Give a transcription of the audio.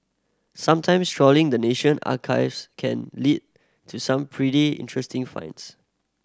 sometimes trawling the National Archives can lead to some pretty interesting finds